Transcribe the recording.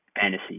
fantasy